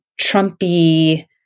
Trumpy